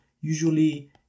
usually